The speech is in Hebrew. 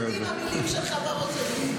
מהמילים שלך בראש שלו.